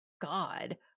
God